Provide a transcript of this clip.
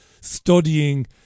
studying